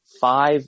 five